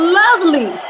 lovely